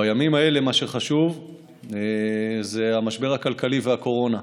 בימים האלה מה שחשוב זה המשבר הכלכלי והקורונה,